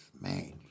Man